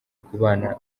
kubana